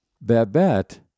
Babette